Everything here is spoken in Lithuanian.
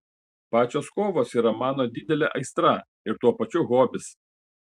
pačios kovos yra mano didelė aistra ir tuo pačiu hobis